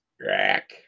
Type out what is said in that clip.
Rack